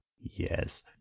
yes